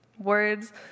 Words